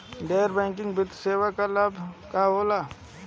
गैर बैंकिंग वित्तीय सेवाएं से का का लाभ होला?